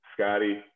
Scotty